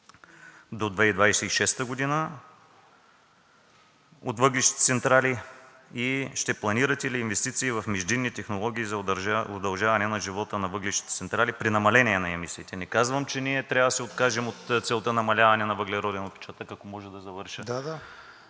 до 2026 г. от въглищни централи? Ще планирате ли инвестиции в междинни технологии за удължаване на живота на въглищните централи при намаление на емисиите? Не казвам, че ние трябва да се откажем от целта за намаляване на въглероден… (Председателят дава